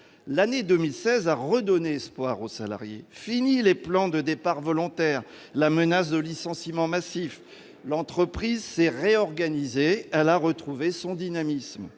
L'exercice 2016 a redonné espoir aux salariés : finis les plans de départs volontaires, la menace de licenciements massifs ! L'entreprise s'est réorganisée, elle a retrouvé son dynamisme.